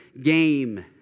game